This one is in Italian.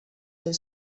del